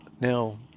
now